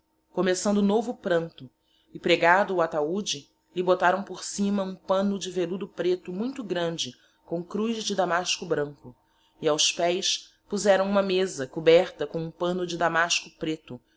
começando novo pranto e pregado o ataude lhe botáraõ por sima hum panno de veludo preto muito grande com cruz de damasco branco e aos pés poseraõ huma mesa coberta com hum panno de damasco preto